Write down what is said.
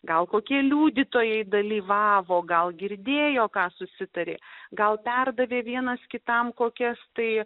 gal kokie liudytojai dalyvavo gal girdėjo ką susitarė gal perdavė vienas kitam kokias tai